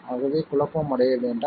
ஆகவே குழப்பம் அடைய வேண்டாம்